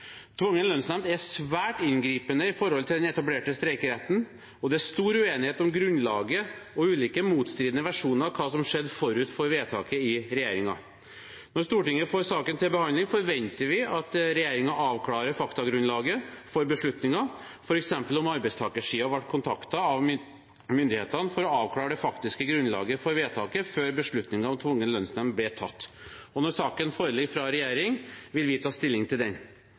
tvungen lønnsnemnd. Tvungen lønnsnemnd er svært inngripende når det gjelder den etablerte streikeretten, og det er stor uenighet om grunnlaget og ulike motstridende versjoner av hva som skjedde forut for vedtaket i regjeringen. Når Stortinget får saken til behandling, forventer vi at regjeringen avklarer faktagrunnlaget for beslutningene, f.eks. om arbeidstakersiden har vært kontaktet av myndighetene for å avklare det faktiske grunnlaget for vedtaket, før beslutningen om tvungen lønnsnemnd ble tatt. Når saken foreligger fra regjeringen, vil vi ta stilling til den.